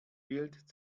bild